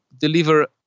deliver